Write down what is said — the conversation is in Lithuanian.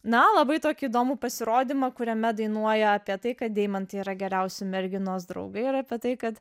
na labai tokį įdomų pasirodymą kuriame dainuoja apie tai kad deimantai yra geriausi merginos draugai ir apie tai kad